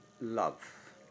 love